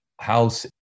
house